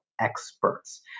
experts